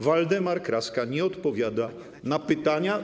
Waldemar Kraska nie odpowiada na pytania.